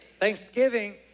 Thanksgiving